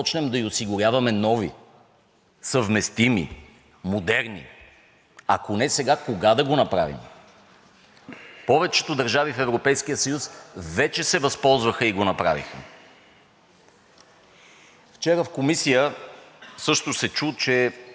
Повечето държави в Европейския съюз вече се възползваха и го направиха. Вчера в Комисията също се чу, че видите ли, ако помогнем на Украйна да защити населението си, ние ставаме участник в конфликта.